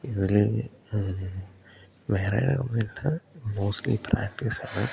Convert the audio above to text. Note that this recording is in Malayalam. ഇതിൽ വേറെ ഇട്ടാ മോസ്റ്റ്ലി പ്രാക്ടീസാണ്